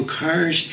cars